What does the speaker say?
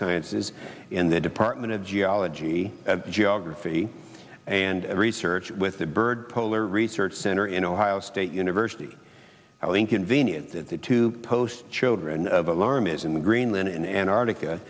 sciences in the department of geology geography and research with the byrd polar research center in ohio state university how inconvenient to post children of alarm is in greenland in antarctica